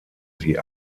sie